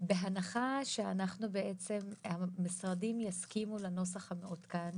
בהנחה שהמשרדים יסכימו לנוסח המעודכן